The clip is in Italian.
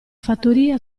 fattoria